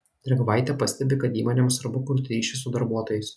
drėgvaitė pastebi kad įmonėms svarbu kurti ryšį su darbuotojais